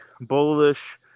bullish